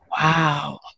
Wow